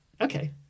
Okay